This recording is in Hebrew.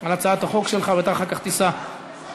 על הצעת החוק שלך, ואתה אחר כך תיסע לבקר.